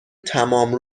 تمام